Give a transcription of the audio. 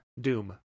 Doom